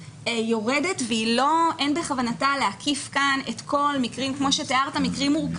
אין בכוונתה להקיף כאן את כל המקרים המורכבים,